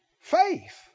Faith